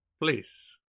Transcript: Please